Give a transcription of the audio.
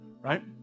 right